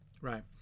right